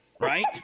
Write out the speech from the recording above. right